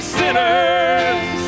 sinners